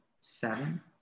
seven